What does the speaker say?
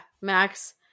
Max